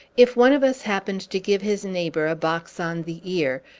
if one of us happened to give his neighbor a box on the ear,